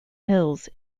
hills